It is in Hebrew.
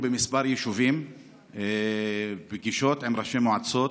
היינו בפגישות עם ראשי מועצות